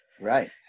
Right